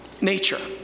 nature